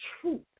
truth